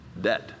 Debt